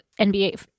NBA